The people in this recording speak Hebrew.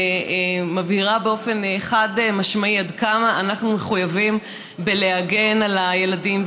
שמבהירה באופן חד-משמעי עד כמה אנחנו מחויבים להגן על ילדים,